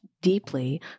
deeply